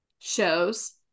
shows